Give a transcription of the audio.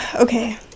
Okay